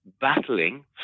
battling